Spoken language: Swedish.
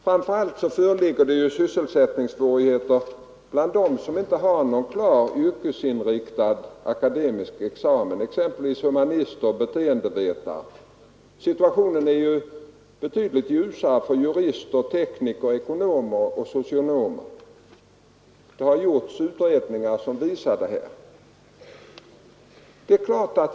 Framför allt föreligger det sysselsättningssvårigheter bland dem som inte har någon klart yrkesinriktad akademisk examen, exempelvis humanister och beteendevetare. Situationen är betydligt ljusare för jurister, tekniker, ekonomer och socionomer. Det har gjorts utredningar som visar detta.